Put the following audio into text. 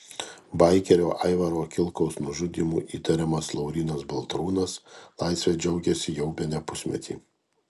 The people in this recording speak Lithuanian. baikerio aivaro kilkaus nužudymu įtariamas laurynas baltrūnas laisve džiaugiasi jau bene pusmetį